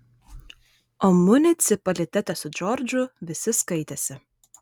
o municipalitete su džordžu visi skaitėsi